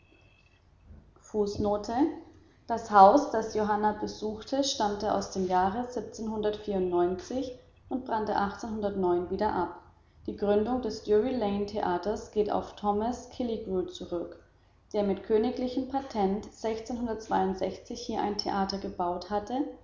das haus das johanna besuchte stammte aus dem und wieder ab die gründung des drury lane theaters geht auf thomas killigrew zurück der mit königlichem patent hier ein theater gebaut hatte